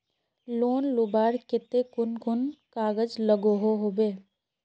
Loan लुबार केते कुन कुन कागज लागोहो होबे?